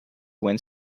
went